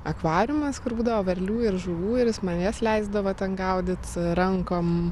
akvariumas kur būdavo varlių ir žuvų ir jis man jas leisdavo ten gaudyt rankom